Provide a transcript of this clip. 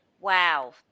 Wow